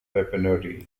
weaponry